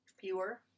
fewer